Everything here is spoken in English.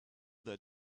that